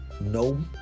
no